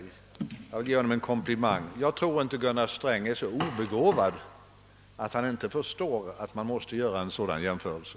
Jag vill gärna ge honom en komplimang i stället: Jag tror inte att han är så obegåvad att han inte förstår att oppositionen måste göra en sådan jämförelse.